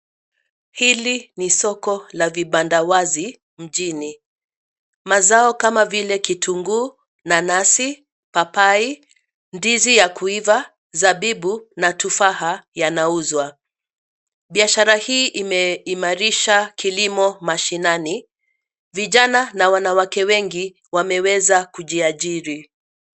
Hili ni soko la vibanda wazi mjini. Mazao kama vile kitunguu, nanasi, papai, ndizi ya kuiva, zabibu na tufaha yanauzwa. Biashara hii imeimarisha kilimo mashinani. Vijana na wanawake wengi wameweza kujiajiri.